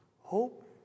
Hope